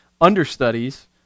understudies